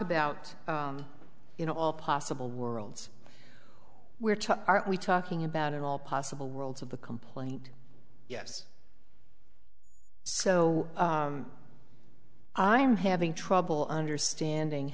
about you know all possible worlds where took are we talking about at all possible worlds of the complaint yes so i am having trouble understanding